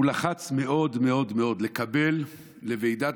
הוא לחץ מאוד מאוד מאוד לקבל לוועידת